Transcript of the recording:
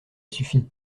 suffit